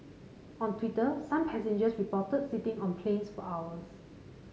on Twitter some passengers reported sitting on planes for hours